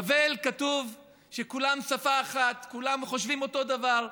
בבל, כתוב שכולם שפה אחת, כולם חושבים אותו דבר,